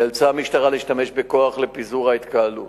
נאלצה המשטרה להשתמש בכוח לפיזור ההתקהלות,